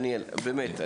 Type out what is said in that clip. דניאל, באמת.